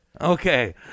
Okay